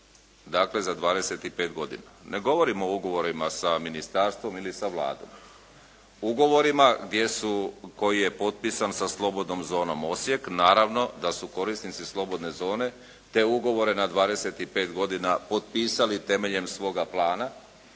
Dakle za 25 godina. Ne govorim o ugovorima sa ministarstvom ili sa Vladom. Ugovor koji je potpisan sa slobodnom zonom Osijek. Naravno da su korisnici slobodne zone te ugovore na 25 godina potpisali temeljem svoga plana,